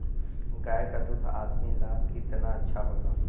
गाय का दूध आदमी ला कितना अच्छा होला?